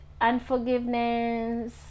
unforgiveness